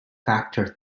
factor